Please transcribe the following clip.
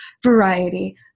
variety